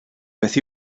beth